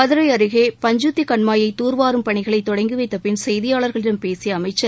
மதுரை அருகே பஞ்சுத்தி கண்மாயை தூர்வாரும் பணிகளை தொடங்கி வைத்தபின் செய்தியாளர்களிடம் பேசிய அமைச்சர்